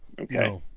Okay